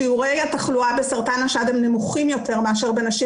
שיעורי התחלואה בסרטן השד נמוכים יותר מאשר בנשים